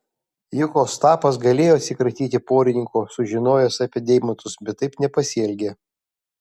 juk ostapas galėjo atsikratyti porininko sužinojęs apie deimantus bet taip nepasielgė